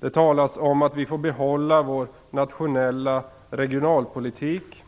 Det talas om att vi får behålla vår nationella regionalpolitik,